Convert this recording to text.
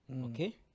okay